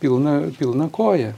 pilna pilna koja